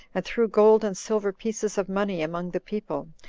and threw gold and silver pieces of money among the people,